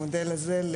המודל הזה.